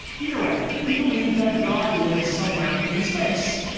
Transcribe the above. either way, they believe that god lives somewhere in space.